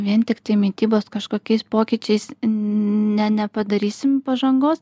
vien tiktai mitybos kažkokiais pokyčiais ne nepadarysim pažangos